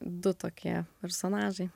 tai tokie personažai